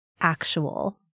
actual